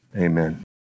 amen